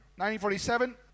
1947